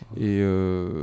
Et